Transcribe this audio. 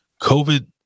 COVID